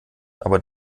aber